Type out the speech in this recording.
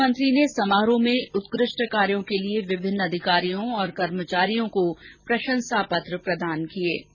मुख्यमंत्री ने समारोह में उत्कृष्ट कार्यो के लिए विभिन्न अधिकारियों और कर्मचारियों को प्रशंसा पत्र प्रदान किए